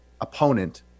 opponent